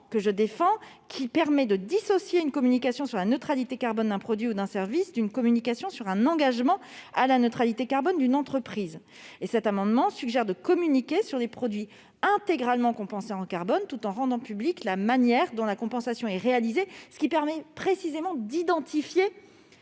cet amendement, qui permet de dissocier une communication sur la neutralité carbone d'un produit ou d'un service d'une communication sur un engagement à la neutralité carbone d'une entreprise. Nous suggérons de communiquer sur des produits intégralement compensés en carbone, tout en rendant publique la manière dont la compensation est réalisée, ce qui permet précisément d'identifier